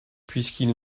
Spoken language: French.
puisqu’il